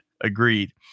agreed